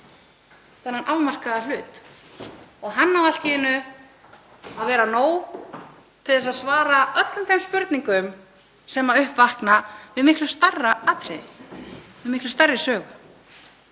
þennan afmarkaða hlut. Hann á allt í einu að vera nóg til þess að svara öllum þeim spurningum sem upp vakna við miklu stærra atriði og miklu stærri sögu.